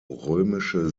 römische